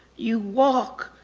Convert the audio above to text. you walk.